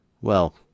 Well